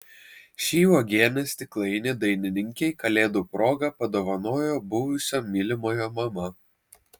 šį uogienės stiklainį dainininkei kalėdų proga padovanojo buvusio mylimojo mama